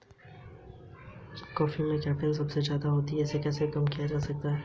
ऋण के लिए पात्रता क्या निर्धारित करती है?